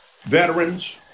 veterans